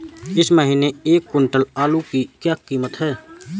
इस महीने एक क्विंटल आलू की क्या कीमत है?